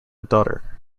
daughter